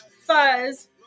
fuzz